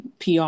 pr